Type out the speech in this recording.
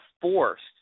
forced